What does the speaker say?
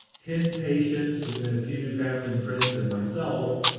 ten patients and then a few family and friends and myself.